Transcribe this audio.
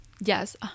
Yes